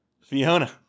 Fiona